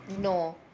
No